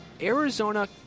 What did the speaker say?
arizona